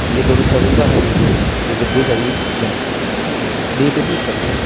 बेदर हिसाबै बाहायो बेदरबो जायो जों बेबायदि हिसाबै आरो